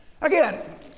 Again